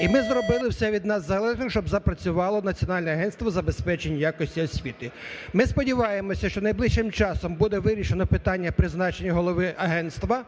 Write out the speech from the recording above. І ми зробили все від нас залежне, щоб запрацювало Національне агентство забезпечення якості освіти. Ми сподіваємося, що найближчим часом буде вирішено питання призначення голови агентства